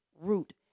root